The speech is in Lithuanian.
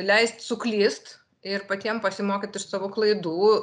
leist suklyst ir patiem pasimokyt iš savo klaidų